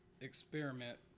experiment